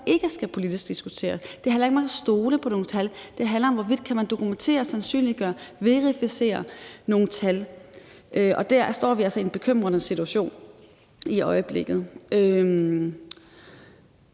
som ikke skal diskuteres politisk. Det handler ikke om, hvorvidt man kan stole på nogle tal; det handler om, hvorvidt man kan dokumentere, sandsynliggøre og verificere nogle tal, og der står vi altså i en bekymrende situation i øjeblikket.